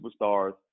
Superstars